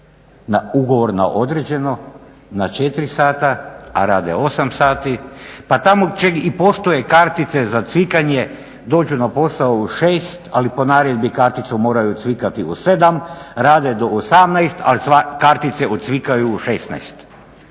ugovor na određeno, na 4 sata a rade 8 sati, pa tamo gdje i postoje kartice za cvikanje dođu na posao u 6,00 ali po naredbi karticu moraju cvikati u 7,00 rade do 18,00 a kartice ocvikaju u 16,00